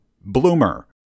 Bloomer